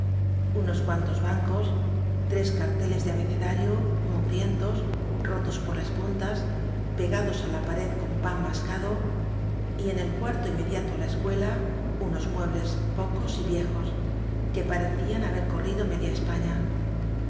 unos cuantos bancos tres carteles de abecedario mugrientos rotos por las puntas pegados á la pared con pan mascado y en el cuarto inmediato á la es cuela unos muebles pocos y viejos que pare cían haber corrido media españa